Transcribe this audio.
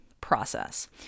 process